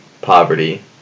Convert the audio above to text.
poverty